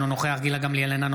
אינו נוכח גילה גמליאל,